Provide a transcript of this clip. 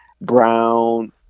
Brown